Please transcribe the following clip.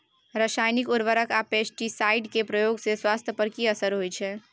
रसायनिक उर्वरक आ पेस्टिसाइड के प्रयोग से स्वास्थ्य पर कि असर होए छै?